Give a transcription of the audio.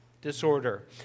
disorder